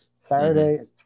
Saturday